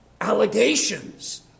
allegations